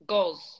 Goals